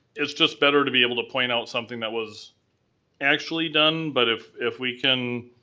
it's just better to be able to point out something that was actually done. but if if we can